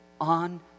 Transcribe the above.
On